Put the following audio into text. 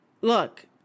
look